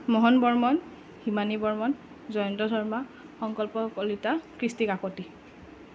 Mohan Barman Himani Barman Jayanta Sharma Sankalpa Kalita Krishti Kakati